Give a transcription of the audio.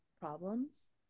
problems